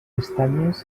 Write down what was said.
pestanyes